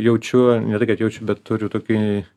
jaučiu ne tai kad jaučiu bet turiu tokį